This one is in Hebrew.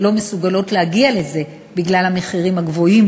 לא מסוגלות להגיע לזה בגלל המחירים הגבוהים,